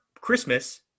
christmas